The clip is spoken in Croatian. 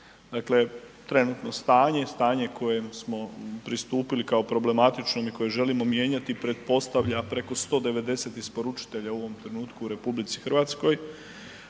Dakle, trenutno stanje, stanje kojem smo pristupili kao problematičnom i koje želimo mijenjati pretpostavlja preko 190 isporučitelja u ovom trenutku u RH, pretpostavlja